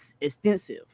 extensive